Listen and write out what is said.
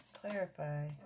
Clarify